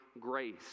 grace